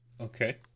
okay